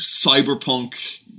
cyberpunk